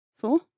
Four